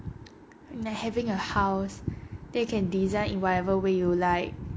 and having a house then you can design in whatever way you like